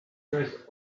dressed